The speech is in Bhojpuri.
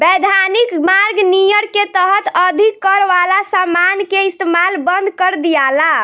वैधानिक मार्ग नियर के तहत अधिक कर वाला समान के इस्तमाल बंद कर दियाला